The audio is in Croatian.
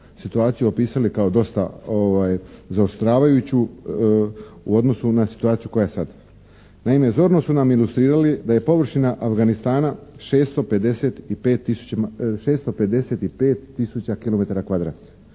situaciju opisali kao dosta zaoštravajuću u odnosu na situaciju koja je sada. Naime, zorno su nam ilustrirali da je površina Afganistana 655